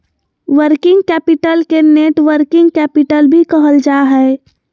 working capital के networking capital भी कहल जा हय